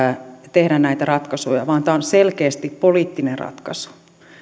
tehdä näitä ratkaisuja vaan tämä on selkeästi poliittinen ratkaisu